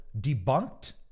debunked